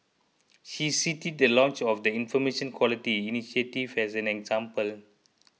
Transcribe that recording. she cited the launch of the Information Quality initiative as an example